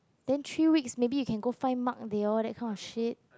then three weeks maybe you can go find Mark they all that kind of shit